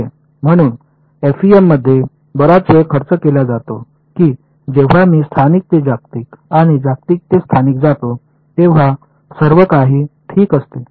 म्हणून एफईएममध्ये बराच वेळ खर्च केला जातो की जेव्हा मी स्थानिक ते जागतिक आणि जागतिक ते स्थानिक जातो तेव्हा सर्व काही ठीक असते